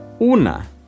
Una